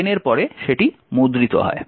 এর পরে মুদ্রিত হয়